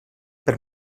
per